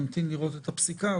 נמתין לראות את הפסיקה,